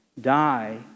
die